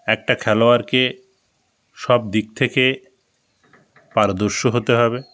একটা খেলোয়াড়কে সব দিক থেকে পারদর্শী হতে হবে